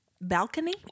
balcony